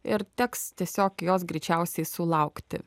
ir teks tiesiog jos greičiausiai sulaukti